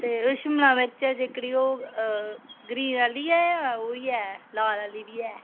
ते शिमला मिर्च ऐ जेह्कड़ी ओह् ग्रीन आह्ली ऐ जां लाल आह्ली बी ऐ